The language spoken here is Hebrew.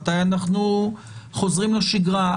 מתי אנחנו חוזרים לשגרה?